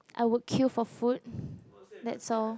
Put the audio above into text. I would queue for food that's all